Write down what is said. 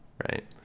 right